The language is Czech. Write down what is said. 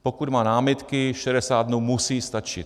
Pokud má námitky, 60 dnů musí stačit.